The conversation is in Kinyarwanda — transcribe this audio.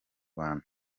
bantu